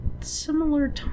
similar